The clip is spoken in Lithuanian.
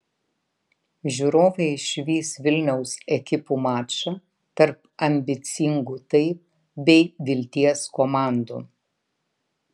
žiūrovai išvys vilniaus ekipų mačą tarp ambicingų taip bei vilties komandų